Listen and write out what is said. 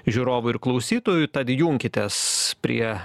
žiūrovų ir klausytojų tad junkitės prie